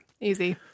Easy